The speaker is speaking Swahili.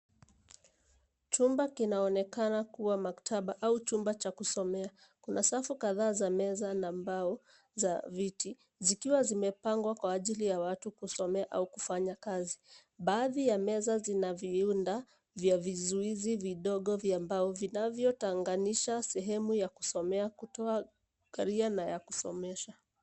Chumba kinaonekana kuwa maktaba au chumba cha kusomea. Kuna safu kadhaa za meza na mbao za viti zikiwa zimepangwa kwa ajili ya watu kusomea au kufanya kazi. Baadhi ya meza zina viunda vya vizuizi vidogo vya mbao, vinavyo tanganisha sehemu ya kusomea kutoa karia na yakusomesha.